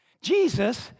Jesus